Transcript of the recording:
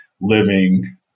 living